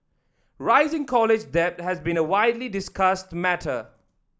rising college debt has been a widely discussed matter